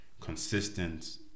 consistent